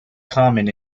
common